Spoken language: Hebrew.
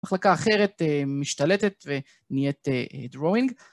מחלקה אחרת משתלטת ונהיית דרווינג.